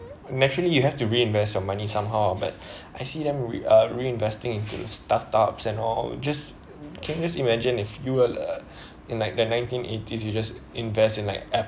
naturally you have to reinvest your money somehow but I see them we are reinvesting into startups and all just can you just imagine if you will uh in like the nineteen eighties you just invest in like